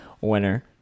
winner